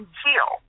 heal